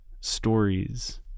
stories